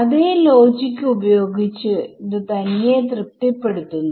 അതേ ലോജിക് ഉപയോഗിച്ചു ഇത് തനിയെ ത്രിപ്തിപ്പെടുത്തുന്നു